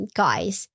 guys